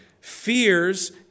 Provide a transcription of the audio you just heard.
fears